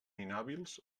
inhàbils